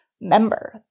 member